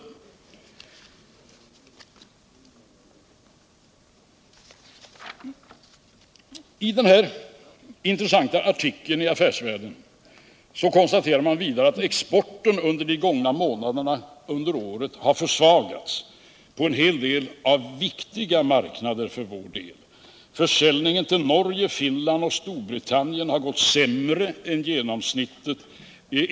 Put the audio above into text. I den intressanta artikeln i Affärsvärlden konstaterar man vidare att exporten under de gångna månaderna i år har försvagats på för oss viktiga marknader. Försäljningen till Norge, Finland och Storbritannien har gått sämre än genomsnittet.